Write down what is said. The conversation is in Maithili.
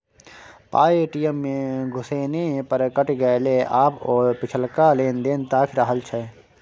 पाय ए.टी.एम मे घुसेने पर कटि गेलै आब ओ पिछलका लेन देन ताकि रहल छै